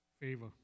favor